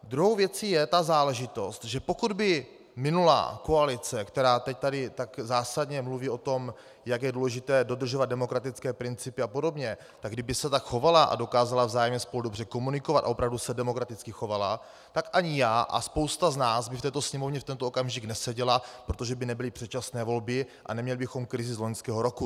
Druhou věcí je ta záležitost, že pokud by minulá koalice, která teď tady tak zásadně mluví o tom, jak je důležité dodržovat demokratické principy a podobně, tak kdyby se tak chovala a dokázala vzájemně spolu dobře komunikovat a opravdu se demokraticky chovala, tak ani já a spousta z nás by v této Sněmovně v tento okamžik neseděla, protože by nebyly předčasné volby a neměli bychom krizi z loňského roku.